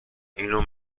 اینو